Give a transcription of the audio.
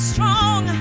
Strong